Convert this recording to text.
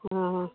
हॅं हॅं